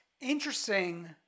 Interesting